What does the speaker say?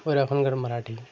ওরা ওইখানকার মারাঠি